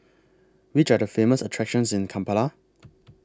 Which Are The Famous attractions in Kampala